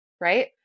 right